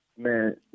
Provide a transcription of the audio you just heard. Man